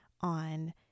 on